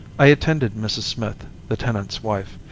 i attended mrs. smith, the tenant's wife,